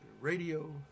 Radio